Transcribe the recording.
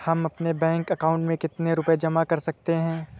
हम अपने bank account में कितने रुपये जमा कर सकते हैं?